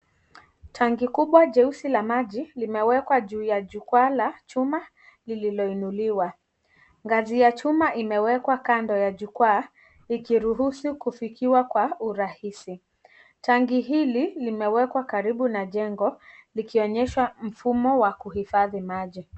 Tanki kubwa jeusi la maji limewekwa juu ya jukwaa la chuma lililoinuliwa. Ngazi ya chuma imewekwa kando ya jukwa ikiruhusu kufikiwa kwa urahisi. Tangi hili limewekwa karibu na jengo likionyesha mfumo wakuhifadhi maji.